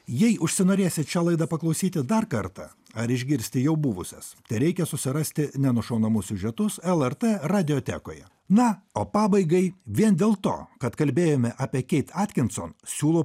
jei užsinorėsit šią laidą paklausyti dar kartą ar išgirsti jau buvusias tereikia susirasti nenušaunamus siužetus lrt radiotekoje na o pabaigai vien dėl to kad kalbėjome apie keit atkinson siūlau